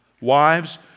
wives